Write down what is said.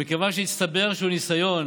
מכיוון שהצטבר איזשהו ניסיון